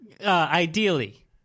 Ideally